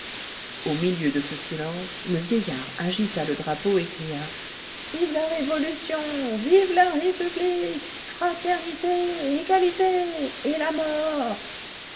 au milieu de ce silence le vieillard agita le drapeau rouge et cria vive la révolution vive la république fraternité égalité et la mort